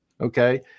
Okay